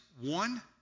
one